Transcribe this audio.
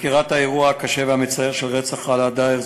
חקירת האירוע הקשה והמצער של רצח אלאא דאהר,